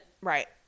Right